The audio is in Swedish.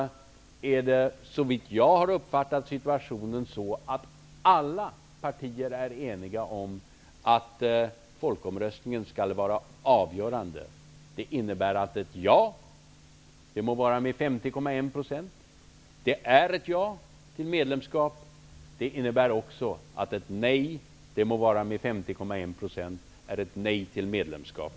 Såvitt jag har uppfattat situationen är alla partier eniga om att folkomröstningen skall vara avgörande. Det innebär att ett ja -- det må vara med 50,1 % övervikt -- är ett ja till medlemskap. Det innebär också att ett nej -- det må vara med 50,1 % övervikt -- är ett nej till medlemskap.